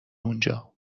اونجا